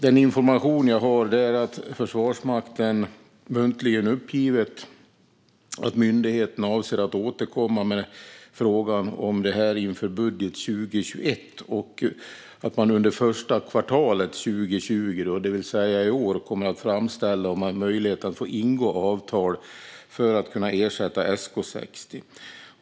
Den information jag har är att Försvarsmakten muntligen uppgivit att myndigheten avser att återkomma med frågan om detta inför budget 2020/21 och att man under första kvartalet 2020, det vill säga i år, kommer att hemställa om att få ingå avtal för att kunna ersätta SK 60.